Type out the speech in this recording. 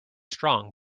strong